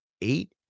eight